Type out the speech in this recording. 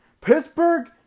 Pittsburgh